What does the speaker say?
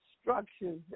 structures